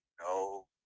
no